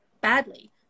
badly